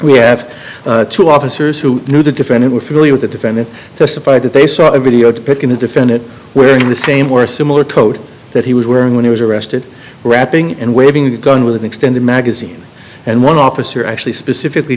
we have two officers who knew the defendant were familiar with the defendant testified that they saw a video to picking the defendant wearing the same or similar coat that he was wearing when he was arrested rapping and waving the gun with an extended magazine and one officer actually specifically